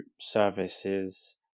services